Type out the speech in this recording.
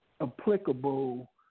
applicable